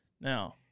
Now